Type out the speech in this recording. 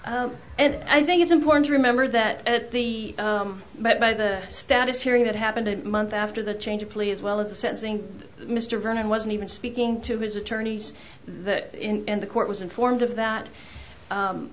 us and i think it's important to remember that at the but by the status hearing that happened in month after the change of plea as well as the sensing mr vernon wasn't even speaking to his attorneys that the court was informed of that